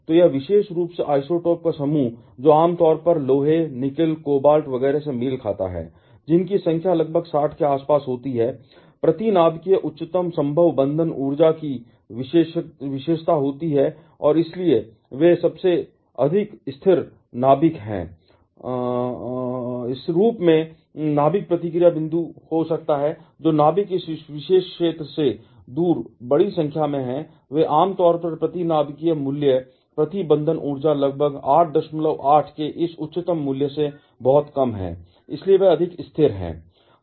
तो यह विशेष रूप से आइसोटोप का समूह जो आमतौर पर लोहे निकल कोबाल्ट वगैरह से मेल खाता है जिनकी संख्या लगभग 60 के आसपास होती है प्रति नाभिकीय उच्चतम संभव बंधन ऊर्जा की विशेषता होती है और इसलिए वे सबसे अधिक स्थिर नाभिक हैं कि हम के रूप में नाभिक प्रतिक्रिया बिंदु हो सकता है जो नाभिक इस विशेष क्षेत्र से दूर बड़ी संख्या में हैं वे आम तौर पर प्रति नाभिकीय मूल्य प्रति बंधन ऊर्जा लगभग 88 के इस उच्चतम मूल्य से बहुत कम है और इसलिए वे अधिक अस्थिर हैं